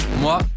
Moi